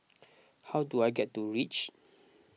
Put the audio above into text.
how do I get to Reach